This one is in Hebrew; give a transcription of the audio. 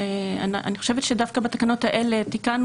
אני חושבת שדווקא בתקנות האלה תיקנו